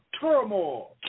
turmoil